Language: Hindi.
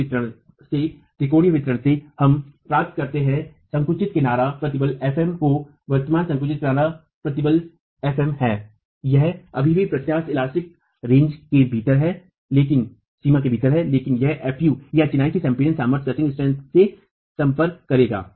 इस वितरण से त्रिकोणीय वितरण से हम प्राप्त करते है संकुचित किनारा प्रतिबल fm को वर्तमान संकुचित किनारा प्रतिबल fm है यह अभी भी प्रत्यास्थ रेंज के भीतर है लेकिन यह fu या चिनाई की संपीडन सामर्थ्य से संपर्क करेगा